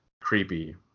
creepy